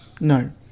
No